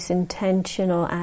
intentional